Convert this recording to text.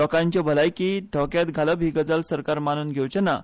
लोकांची भलायकी धोक्यांत घालप ही गजाल सरकार मानून घेवची ना